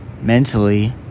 mentally